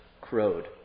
crowed